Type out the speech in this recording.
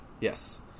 Yes